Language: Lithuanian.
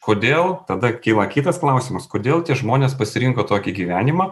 kodėl tada kyla kitas klausimas kodėl tie žmonės pasirinko tokį gyvenimą